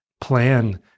plan